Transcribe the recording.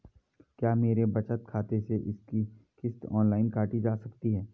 क्या मेरे बचत खाते से इसकी किश्त ऑनलाइन काटी जा सकती है?